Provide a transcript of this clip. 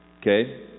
Okay